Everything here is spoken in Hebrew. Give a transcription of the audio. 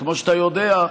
וכמו שאתה יודע,